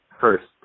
first